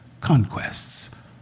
Conquests